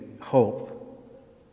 hope